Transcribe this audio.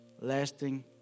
lasting